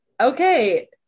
okay